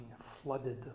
flooded